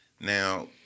Now